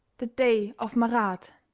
the day of marat.